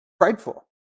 prideful